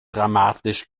dramatisch